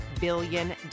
billion